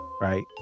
right